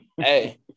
Hey